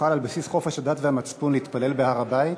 אוכל על בסיס חופש הדת והמצפון להתפלל בהר-הבית?